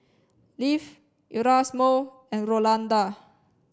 Leif Erasmo and Rolanda